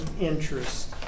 interest